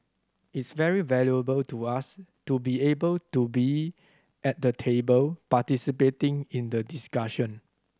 it's very valuable to us to be able to be at the table participating in the discussion